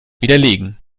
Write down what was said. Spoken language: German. widerlegen